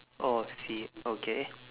orh see okay